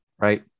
right